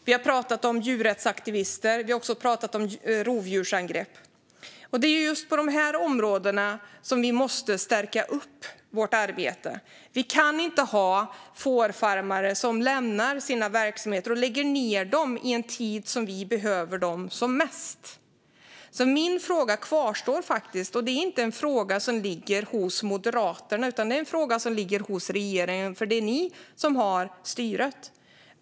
Vi har pratat om djurrättsaktivister och rovdjursangrepp. På just de områdena måste vi stärka vårt arbete. Vi kan inte ha fårfarmare som lämnar och lägger ned sina verksamheter i en tid då vi behöver dem som mest. Min fråga kvarstår, och det är inte en fråga som ligger hos Moderaterna. Det är en fråga som ligger hos regeringen, eftersom det är ni som har styret.